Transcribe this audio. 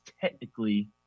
technically